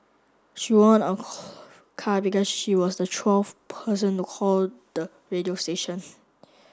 she won a car because she was the twelfth person to call the radio station